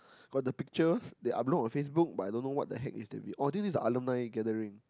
got the picture they are blow on Facebook but I don't know what the heck is they be oh this is the alumni gathering